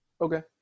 Okay